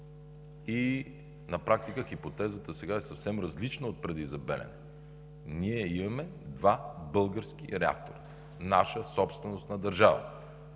На практика хипотезата сега е съвсем различна от преди за Белене. Ние имаме два български реактора, наша собственост, на държавата.